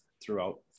throughout